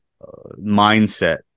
mindset